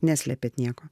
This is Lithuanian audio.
neslepėt nieko